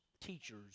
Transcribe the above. teachers